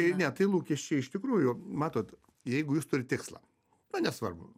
jei ne tai lūkesčiai iš tikrųjų matot jeigu jūs turit tikslą nu nesvarbu